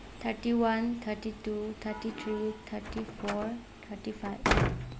thirty one thirty two thirty three thirty four thirty five